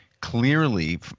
clearly